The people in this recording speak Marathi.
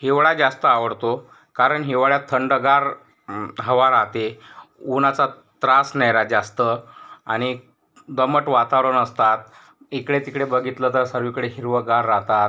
हिवाळा जास्त आवडतो कारण हिवाळ्यात थंडगार हवा राहते उन्हाचा त्रास नाही राहत जास्त आणि दमट वातावरण असतात इकडे तिकडे बघितलं तर सर्वीकडे हिरवंगार राहतात